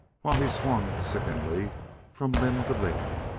while he swung sickeningly from limb to limb,